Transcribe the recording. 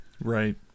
Right